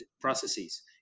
processes